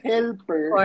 Helper